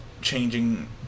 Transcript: changing